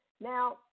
Now